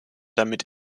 damit